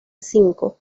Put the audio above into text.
cinco